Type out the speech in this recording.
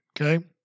Okay